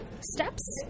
steps